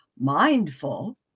mindful